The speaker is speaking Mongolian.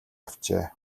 авчээ